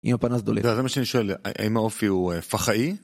זה מה שאני שואל, האם האופי הוא פח"עי?